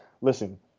listen